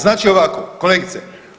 Znači ovako kolegice